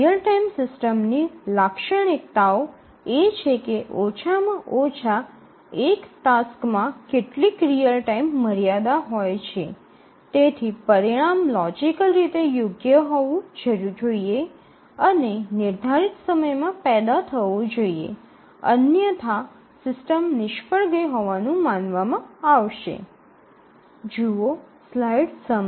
real time સિસ્ટમની લાક્ષણિકતાઓ એ છે કે ઓછામાં ઓછા એક ટાસક્સમાં કેટલીક રીઅલ ટાઇમ મર્યાદા હોય છે તેથી પરિણામ લોજિકલ રીતે યોગ્ય હોવું જોઈએ અને નિર્ધારિત સમયમાં પેદા કરવું જોઈએ અન્યથા સિસ્ટમ નિષ્ફળ ગઈ હોવાનું માનવામાં આવશે